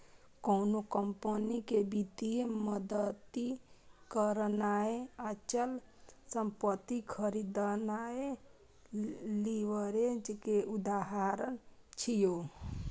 कोनो कंपनी कें वित्तीय मदति करनाय, अचल संपत्ति खरीदनाय लीवरेज के उदाहरण छियै